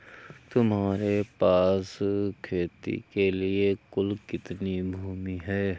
तुम्हारे पास खेती के लिए कुल कितनी भूमि है?